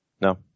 No